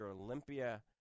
Olympia